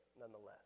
nonetheless